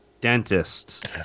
dentist